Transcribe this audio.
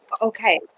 Okay